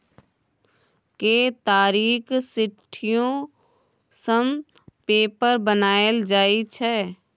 केतारीक सिट्ठीयो सँ पेपर बनाएल जाइ छै